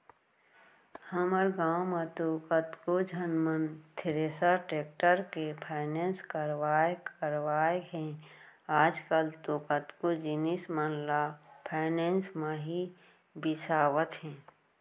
हमर गॉंव म तो कतको झन मन थेरेसर, टेक्टर के फायनेंस करवाय करवाय हे आजकल तो कतको जिनिस मन ल फायनेंस म ही बिसावत हें